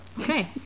okay